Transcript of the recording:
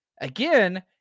Again